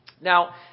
Now